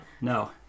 no